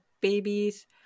babies